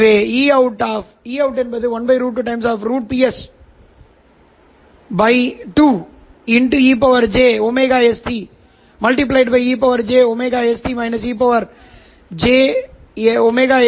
எனவே Eout 1√2√Ps 2e j st e j s e j s